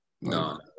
No